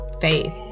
Faith